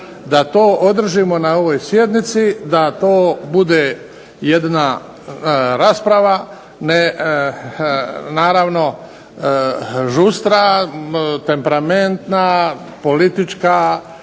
da to održimo na ovoj sjednici, da to bude jedna rasprava naravno žustra, temperamentna, politička,